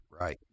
right